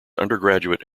undergraduate